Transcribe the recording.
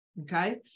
Okay